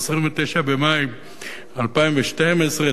29 במאי 2012,